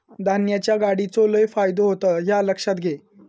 धान्याच्या गाडीचो लय फायदो होता ह्या लक्षात घे